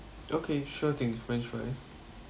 okay sure thing french fries